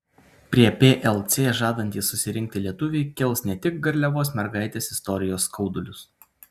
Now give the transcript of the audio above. prie plc žadantys susirinkti lietuviai kels ne tik garliavos mergaitės istorijos skaudulius